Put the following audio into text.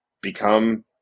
become